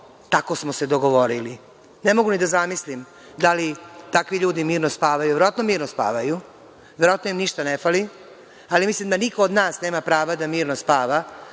tako smo se dogovorili. Ne mogu ni da zamislim da li takvi ljudi mirno spavaju. Verovatno mirno spavaju. Verovatno im ništa ne fali, ali mislim da niko od nas nema prava da mirno spava,